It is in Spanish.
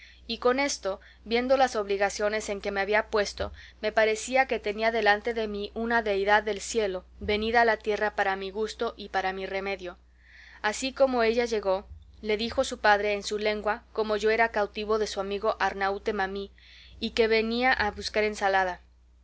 y con esto viendo las obligaciones en que me había puesto me parecía que tenía delante de mí una deidad del cielo venida a la tierra para mi gusto y para mi remedio así como ella llegó le dijo su padre en su lengua como yo era cautivo de su amigo arnaúte mamí y que venía a buscar ensalada